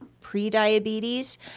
pre-diabetes